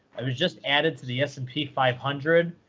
it was just added to the s and p five hundred.